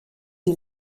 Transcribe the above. die